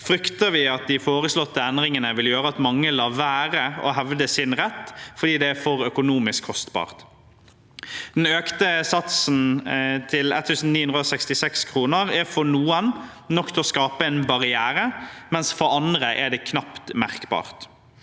frykter vi at de foreslåtte endringene vil gjøre at mange lar være å hevde sin rett, fordi det er for økonomisk kostbart. Den økte satsen til 1 966 kr er for noen nok til å skape en barriere, mens det for andre knapt er merkbart.